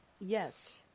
Yes